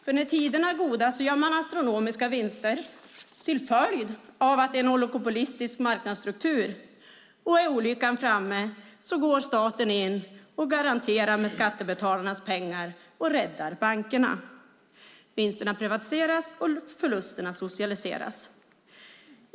För när tiderna är goda gör man astronomiska vinster till följd av att det är en oligopolistisk marknadsstruktur, och är olyckan framme går staten in och garanterar med skattebetalarnas pengar och räddar bankerna. Vinsterna privatiseras, och förlusterna socialiseras.